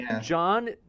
John